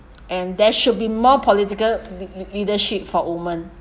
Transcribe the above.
and there should be more political lea~ lea~ leadership for women